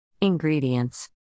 Ingredients